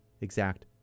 exact